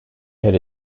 had